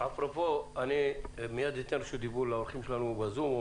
אני מייד אתן רשות דיבור לאורחים שלנו בזום.